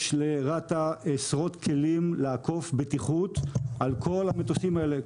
יש לרת"א עשרות כלים לאכוף בטיחות על כל המטוסים האלה,